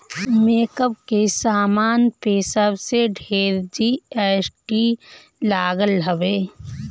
makeup के सामान पे सबसे ढेर जी.एस.टी लागल हवे